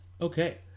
Okay